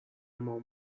مام